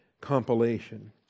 compilation